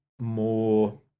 more